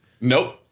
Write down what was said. Nope